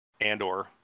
Andor